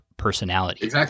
personality